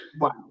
wow